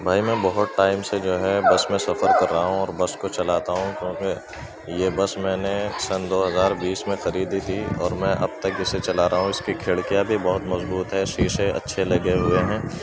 بھائی میں بہت ٹائم سے جو ہے بس میں سفر کر رہا ہوں اور بس کو چلاتا ہوں کیونکہ یہ بس میں نے سن دو ہزار بیس میں خریدی تھی اور میں اب تک اسے چلا رہا ہوں اس کی کھڑکیاں بھی بہت مضبوط ہے شیشے اچھے لگے ہوئے ہیں